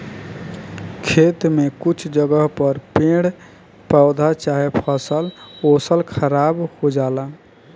खेत में कुछ जगह पर पेड़ पौधा चाहे फसल ओसल खराब हो जाला